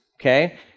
Okay